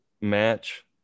match